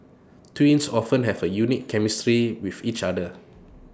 twins often have A unique chemistry with each other